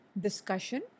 discussion